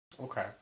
Okay